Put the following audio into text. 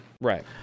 Right